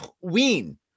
Ween